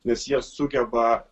nes jie sugeba